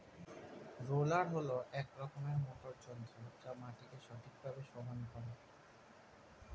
roller হল এক রকমের মোটর যন্ত্র যা মাটিকে ঠিকভাবে সমান করে